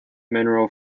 mineral